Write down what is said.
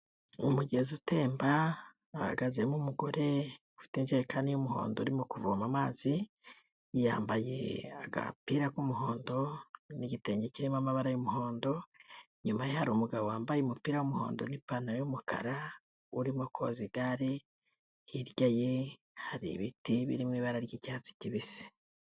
Umugezi utemba hahagazemo umugore ufite injerekani y'umuhondo urimo kuvoma amazi, yambaye agapira k'umuhondo n'igitenge kirimo amabara y'umuhondo, inyuma ye hari umugabo wambaye umupira w'umuhondo n'ipantaro y'umukara urimo koza igare, hirya ye hari ibiti biri mu ibara ry'icyatsi kibisi.